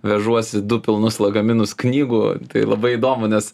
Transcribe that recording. vežuosi du pilnus lagaminus knygų tai labai įdomu nes